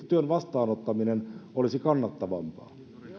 työn vastaanottaminen olisi kannattavampaa